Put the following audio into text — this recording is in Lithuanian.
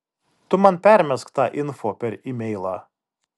tu man permesk tą info per imeilą